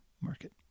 market